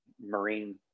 marine